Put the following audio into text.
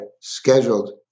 scheduled